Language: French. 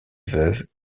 veuve